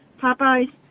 Popeyes